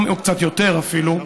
או קצת יותר אפילו,